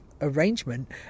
arrangement